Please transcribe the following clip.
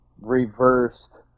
reversed